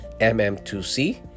mm2c